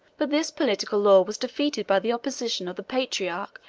but this political law was defeated by the opposition of the patriarch,